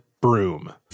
broom